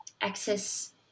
access